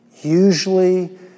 Usually